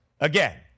again